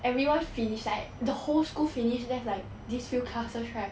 everyone finish like the whole school finish left like these few classes right